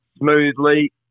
smoothly